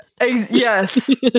yes